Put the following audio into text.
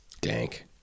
Dank